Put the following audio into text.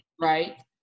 right